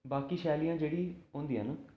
बाकी शैली ऐ जेह्ड़ी होंदियां न